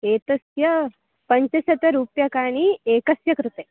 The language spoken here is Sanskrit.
एतस्य पञ्चशतरूप्यकाणि एकस्य कृते